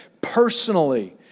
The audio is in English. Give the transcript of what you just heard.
personally